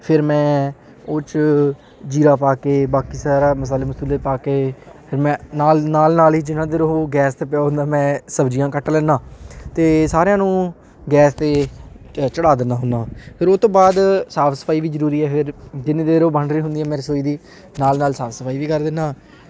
ਫਿਰ ਮੈਂ ਉਹ 'ਚ ਜੀਰਾ ਪਾ ਕੇ ਬਾਕੀ ਸਾਰਾ ਮਸਾਲੇ ਮਸੂਲੇ ਪਾ ਕੇ ਫਿਰ ਮੈਂ ਨਾਲ ਨਾਲ ਨਾਲ ਹੀ ਜਿੰਨਾਂ ਦੇਰ ਉਹ ਗੈਸ 'ਤੇ ਪਿਆ ਹੁੰਦਾ ਮੈਂ ਸਬਜ਼ੀਆਂ ਕੱਟ ਲੈਂਦਾ ਅਤੇ ਸਾਰਿਆਂ ਨੂੰ ਗੈਸ 'ਤੇ ਚੜ੍ਹਾ ਦਿੰਦਾ ਹੁੰਦਾ ਫਿਰ ਉਹ ਤੋਂ ਬਾਅਦ ਸਾਫ ਸਫਾਈ ਵੀ ਜ਼ਰੂਰੀ ਹੈ ਫਿਰ ਜਿੰਨੀ ਦੇਰ ਉਹ ਬਣ ਰਹੀ ਹੁੰਦੀ ਹੈ ਮੈਂ ਰਸੋਈ ਦੀ ਨਾਲ ਨਾਲ ਸਾਫ ਸਫਾਈ ਵੀ ਕਰ ਦਿੰਦਾ